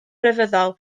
grefyddol